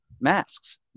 masks